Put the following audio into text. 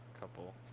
couple